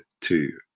two